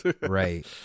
right